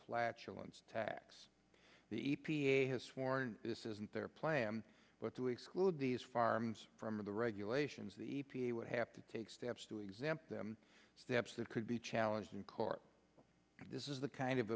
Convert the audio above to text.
flatulence tax the e p a has sworn this isn't their plan but to exclude these farms from the regulations the e p a would have to take steps to exempt them steps that could be challenged in court this is the kind of